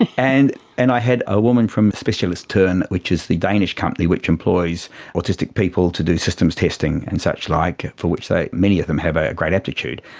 and and and i had a woman from specialisterne which is the danish company which employs autistic people to do systems testing and suchlike for which many of them have a great aptitude,